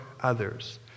others